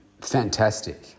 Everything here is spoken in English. Fantastic